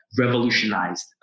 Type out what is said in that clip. revolutionized